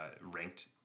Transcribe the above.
ranked